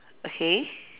okay